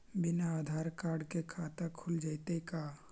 बिना आधार कार्ड के खाता खुल जइतै का?